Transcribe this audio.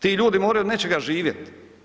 Ti ljudi moraju od nečega živjet.